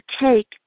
take